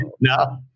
No